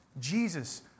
Jesus